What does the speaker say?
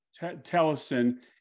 Tellison